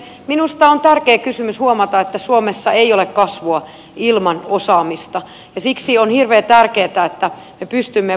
minusta on tärkeä huomata että suomessa ei ole kasvua ilman osaamista ja siksi on hirveän tärkeätä että me pystymme vahvistamaan meidän osaamispohjaamme